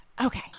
Okay